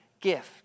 Gift